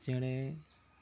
ᱪᱮᱬᱮ